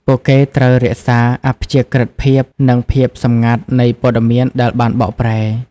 ពួកគេត្រូវរក្សាអព្យាក្រឹតភាព និងភាពសម្ងាត់នៃព័ត៌មានដែលបានបកប្រែ។